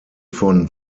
von